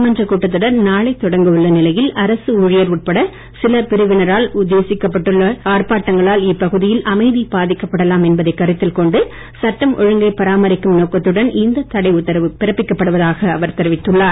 சட்டமன்றக் கூட்டத்தொடர் நாளை தொடங்க உள்ள நிலையில் அரசு ஊழியர் உட்பட சில பிரிவினரால் உத்தேசிக்கப்பட்டு உள்ள ஆர்ப்பாட்டங்களால் இப்பகுதியில் அமைதி பாதிக்கப்படலாம் என்பதைக் கருத்தில் கொண்டு சட்டம் ஒழுங்கை பராமரிக்கும் நோக்கத்துடன் இந்த தடை உத்தரவு பிறப்பிக்கப்படுவதாக அவர் தெரிவித்துள்ளார்